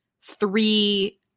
three